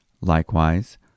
Likewise